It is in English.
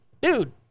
dude